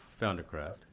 Foundercraft